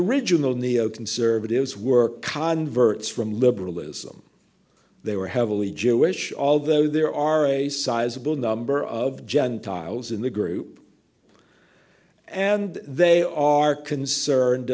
original neo conservatives were converts from liberalism they were heavily jewish although there are a sizeable number of gentiles in the group and they are concerned